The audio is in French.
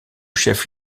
chef